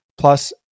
plus